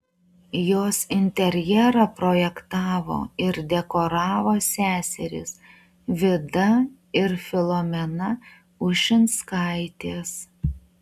jos interjerą projektavo ir dekoravo seserys vida ir filomena ušinskaitės